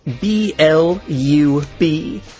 B-L-U-B